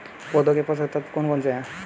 पौधों के पोषक तत्व कौन कौन से हैं?